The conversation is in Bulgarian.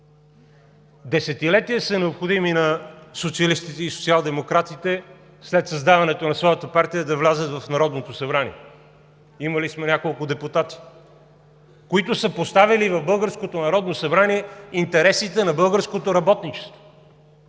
Десетилетия са необходими на социалистите и социалдемократите след създаването на своята партия да влязат в Народното събрание. Имали сме няколко депутати, които са поставили в българското Народно събрание интересите на българското работничество,